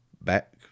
back